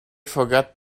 forgot